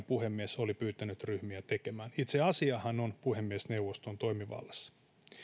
puhemies oli pyytänyt ryhmiä tekemään itse asiahan on puhemiesneuvoston toimivallassa